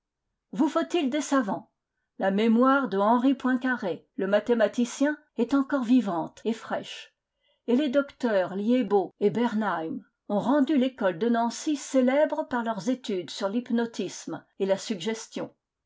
vous faut-il des savants la mémoire de henri poincaré le mathématicien est encore vivante et fraîche et les docteurs liébeault et bernheim ont rendu l'école de nancy célèbre par leurs études sur l'hypnotisme et la suggestion